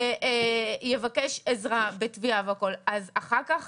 ויבקש עזרה בתביעה, אז אחר כך